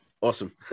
Awesome